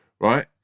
right